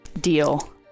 Deal